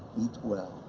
eat well,